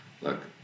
look